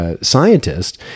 scientist